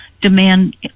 demand